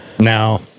Now